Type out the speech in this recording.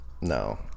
No